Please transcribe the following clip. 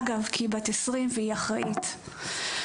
אגב, כי היא בת עשרים והיא אחראית לעצמה.